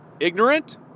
Ignorant